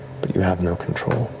but you have no control.